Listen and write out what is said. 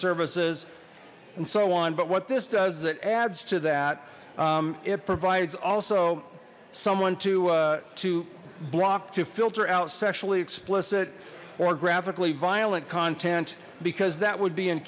services and so on but what this does is it adds to that it provides also someone to to block to filter out sexually explicit or graphically violent content because that would be in